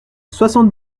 soixante